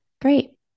Great